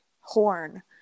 horn